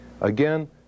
Again